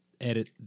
edit